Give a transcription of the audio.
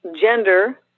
gender